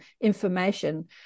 information